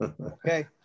Okay